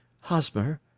Hosmer